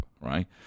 right